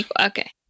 Okay